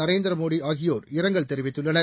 நரேந்திர மோடி ஆகியோர் இரங்கல் தெரிவித்துள்ளனர்